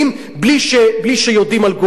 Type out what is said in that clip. בלי שיודעים על גורלו,